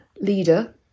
leader